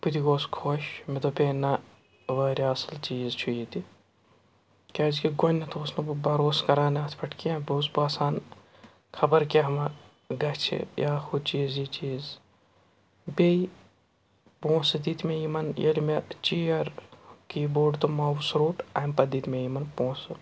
بہٕ تہِ گوس خوش مےٚ دوٚپ یے نہ واریاہ اَصٕل چیٖز چھُ یہِ تہِ کیٛازکہِ گۄڈٕنٮ۪تھ اوس نہٕ بہٕ بَروسہٕ کَران اَتھ پٮ۪ٹھ کیٚنٛہہ بہٕ اوس باسان خبر کیٛاہ مہ گَژھِ یا ہُہ چیٖز یہِ چیٖز بیٚیہِ پونٛسہٕ دِتۍ مےٚ یِمَن ییٚلہِ مےٚ چِیَر کیٖبورڈ تہٕ ماوُس روٚٹ اَمہِ پَتہٕ دِتۍ مےٚ یِمَن پونٛسہٕ